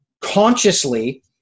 consciously